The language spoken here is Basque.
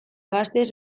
gaztez